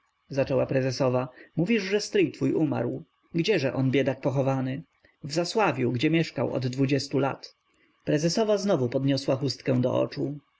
zaczęła prezesowa mówisz że stryj twój umarł gdzieże on biedak pochowany w zasławiu gdzie mieszkał od dwudziestu lat prezesowa znowu podniosła chustkę do oczu